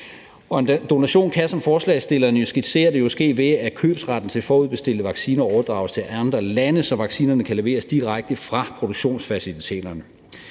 En donation kan, som forslagsstillerne skitserer det, jo ske, ved at købsretten til forudbestilte vacciner overdrages til andre lande, så vaccinerne kan leveres direkte fra produktionsfaciliteterne.